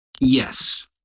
Yes